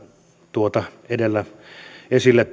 tuota edustaja uotilan edellä esille